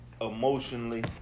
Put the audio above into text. Emotionally